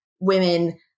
women